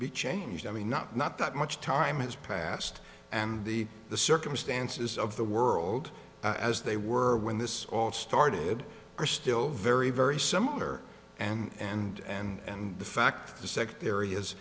be changed i mean not not that much time has passed and the the circumstances of the world as they were when this all started are still very very similar and and and the fact the se